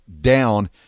down